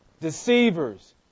deceivers